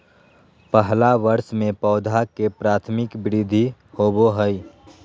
पहला वर्ष में पौधा के प्राथमिक वृद्धि होबो हइ